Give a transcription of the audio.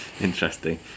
Interesting